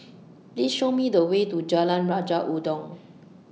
Please Show Me The Way to Jalan Raja Udang